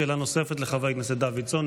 שאלה נוספת לחבר הכנסת דוידסון.